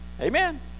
Amen